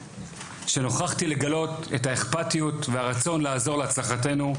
שנוכחתי לגלות את האכפתיות ואת הרצון לעזור להצלחתנו,